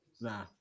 nah